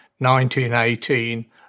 1918